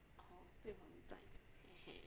orh 对 hor 你在 eh eh